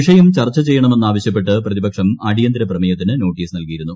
വിഷയം ചർച്ച ചെയ്യണമെന്ന് ആവശ്യപ്പെട്ട് പ്രതിപക്ഷം അടിയന്തര പ്രമേയത്തിന് നോട്ടീസ് നൽകിയിരുന്നു